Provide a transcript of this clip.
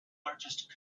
largest